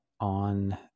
on